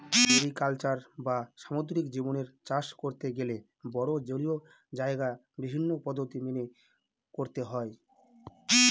mariculture বা সামুদ্রিক জীবদের চাষ করতে গেলে বড়ো জলীয় জায়গায় বিভিন্ন পদ্ধতি মেনে করতে হয়